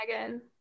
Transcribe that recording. Megan